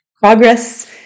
progress